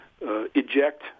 eject